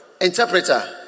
Interpreter